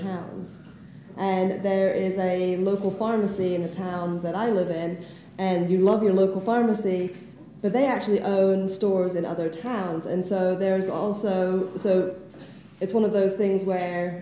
towns and there is a local pharmacy in the town that i live and and you love your local pharmacy but they actually own stores in other towns and so there is also so it's one of those things where